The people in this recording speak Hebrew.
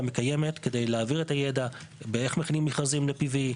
מקיימת כדי להעביר את הידע על איך מכינים מכרזים ל-PV,